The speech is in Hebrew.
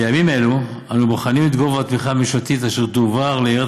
בימים אלו אנו בוחנים את גובה התמיכה הממשלתית אשר תועבר לעיריית